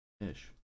ish